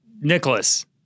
Nicholas